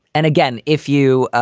and again, if you